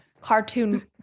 cartoon